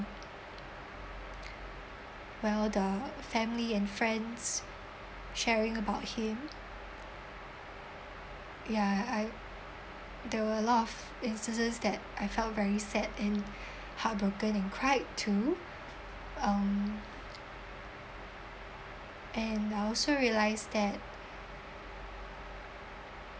well the family and friends sharing about him ya I there were a lot of instances that I found very sad and heartbroken and cried to um and I also realised that